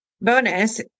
bonus